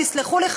תסלחו לי,